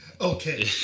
Okay